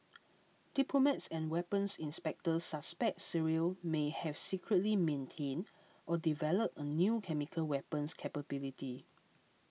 diplomats and weapons inspectors suspect Syria may have secretly maintained or developed a new chemical weapons capability